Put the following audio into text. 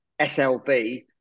SLB